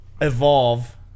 evolve